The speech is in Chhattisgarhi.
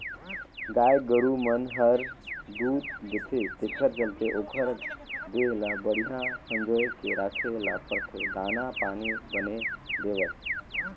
गाय गोरु मन हर दूद देथे तेखर चलते ओखर देह ल बड़िहा संजोए के राखे ल परथे दाना पानी बने देवत